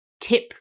tip